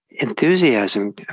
enthusiasm